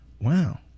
Wow